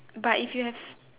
but if you have